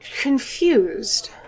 confused